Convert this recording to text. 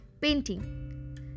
painting